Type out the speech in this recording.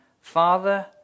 Father